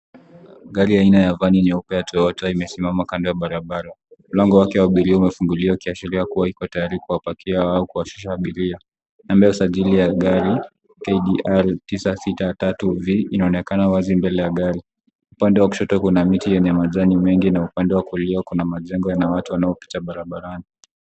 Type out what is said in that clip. Gari aina ya vani nyeupe ya toyota imesimama kando ya barabara .Mlango wake wa abiria umefunguliwa ikiashiria kuwa iko tayari kuwapakia au kuwashusha abiria. Namba ya usajili ya gari KDR 963V inaonekana wazi mbele ya gari .Upande wa kushoto kuna miti yenye majani mengi na upande wa kulia kuna majengo na watu wanaopita barabarani.